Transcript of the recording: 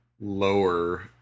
lower